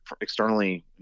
externally